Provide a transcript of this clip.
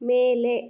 ಮೇಲೆ